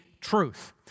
truth